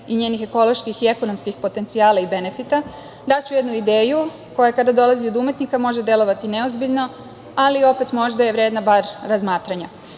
i njenih ekoloških i ekonomskih potencijala i benefita, daću jednu ideju koja kada dolazi od umetnika može delovati neozbiljno, ali opet možda je vredna bar razmatranja. Naime,